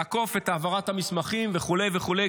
לעקוף את העברת המסמכים וכולי וכולי.